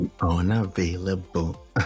Unavailable